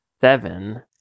seven